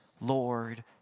Lord